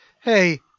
Hey